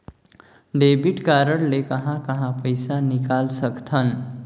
Debit card ले कहां कहां पइसा निकाल सकथन?